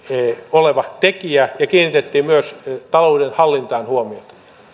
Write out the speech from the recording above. oleva tekijä ja kiinnitettiin myös talouden hallintaan huomiota